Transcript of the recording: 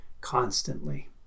constantly